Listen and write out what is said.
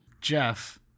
Jeff